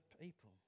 people